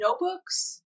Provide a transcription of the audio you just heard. notebooks